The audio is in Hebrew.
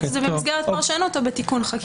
את זה במסגרת פרשנות או בתיקון חקיקה.